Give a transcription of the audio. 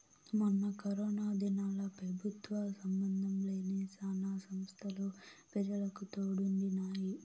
మొన్న కరోనా దినాల్ల పెబుత్వ సంబందం లేని శానా సంస్తలు పెజలకు తోడుండినాయి